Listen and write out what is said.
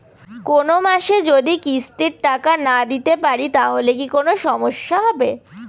কোনমাসে যদি কিস্তির টাকা না দিতে পারি তাহলে কি কোন সমস্যা হবে?